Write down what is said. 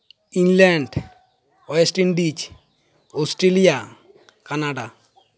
England West Indies Australia Canada